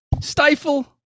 stifle